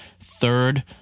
Third